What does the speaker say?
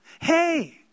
Hey